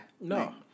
No